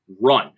run